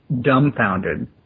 dumbfounded